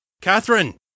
Catherine